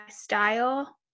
style